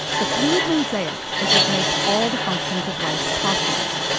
the fluid mosaic is what makes all the functions of life possible.